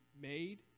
made